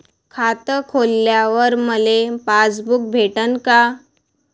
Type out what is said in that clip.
खातं खोलल्यावर मले पासबुक भेटन का?